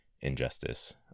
Injustice